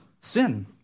sin